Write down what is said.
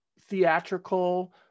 theatrical